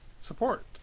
support